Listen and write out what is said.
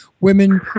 Women